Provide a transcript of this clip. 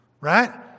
Right